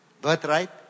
birthright